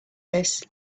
this